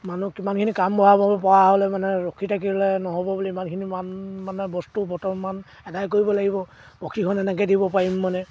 মানুহ কিমানখিনি কাম বঢ়াব পৰা হ'লে মানে ৰখি থাকিলে নহ'ব বুলি ইমানখিনিমান মানে বস্তু বৰ্তমান আদায় কৰিব লাগিব প্ৰশিক্ষণ এনেৈ দিব পাৰিম মানে